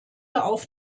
auf